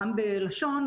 גם בלשון,